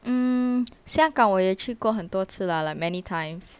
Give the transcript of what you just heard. mm 香港我也去过很多次 lah like many times